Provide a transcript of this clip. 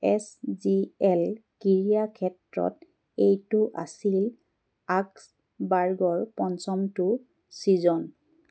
S G L ক্ৰীড়াক্ষেত্ৰত এইটো আছিল আগ্ছবাৰ্গৰ পঞ্চমটো ছিজন